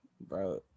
Bro